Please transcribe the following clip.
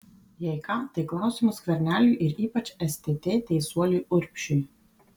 jei ką tai klausimas skverneliui ir ypač stt teisuoliui urbšiui